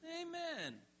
amen